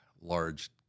large